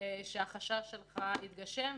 שהחשש שלך יתגשם,